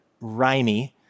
rhymy